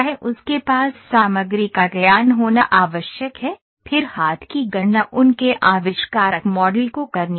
उसके पास सामग्री का ज्ञान होना आवश्यक है फिर हाथ की गणना उनके आविष्कारक मॉडल को करनी होगी